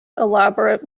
elaborate